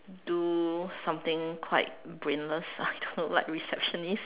do something quite brainless I don't know like receptionist